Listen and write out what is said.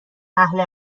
اهل